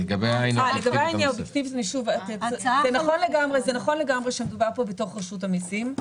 לגבי העניין האובייקטיבי זה נכון לגמרי שמדובר פה בתוך רשות המיסים.